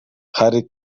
hari